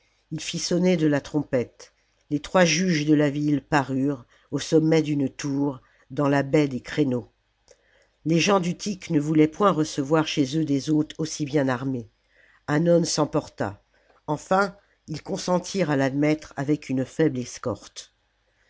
ii fit sonner de la trompette les trois juges de la ville parurent au sommet d'une tour dans la baie des créneaux les gens d'utique ne voulaient point recevoir chez eux des hôtes aussi bien armés hannon s'emporta enfin ils consentirent à l'admettre avec une faible escorte